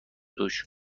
توش